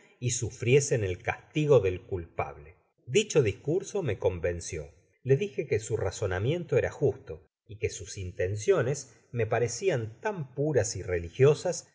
at content from google book search generated at dicho discurso me convencio le dije que su razonamiento era justo y que sus intenciones me parecian tan puras y religiosas